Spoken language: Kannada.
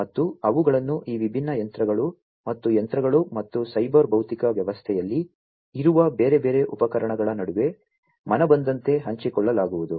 ಮತ್ತು ಅವುಗಳನ್ನು ಈ ವಿಭಿನ್ನ ಯಂತ್ರಗಳು ಮತ್ತು ಯಂತ್ರಗಳು ಮತ್ತು ಸೈಬರ್ ಭೌತಿಕ ವ್ಯವಸ್ಥೆಯಲ್ಲಿ ಇರುವ ಬೇರೆ ಬೇರೆ ಉಪಕರಣಗಳ ನಡುವೆ ಮನಬಂದಂತೆ ಹಂಚಿಕೊಳ್ಳಲಾಗುವುದು